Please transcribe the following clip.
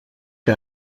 que